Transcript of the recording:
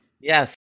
Yes